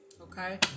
okay